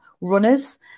runners